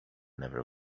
never